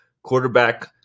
Quarterback